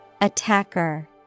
Attacker